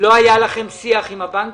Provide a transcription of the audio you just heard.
לא היה לכם שיח עם הבנקים?